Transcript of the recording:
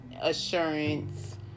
assurance